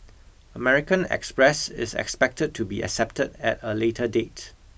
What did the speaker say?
American Express is expected to be accepted at a later date